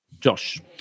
Josh